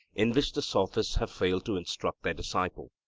in which the sophists have failed to instruct their disciple.